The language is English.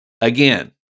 Again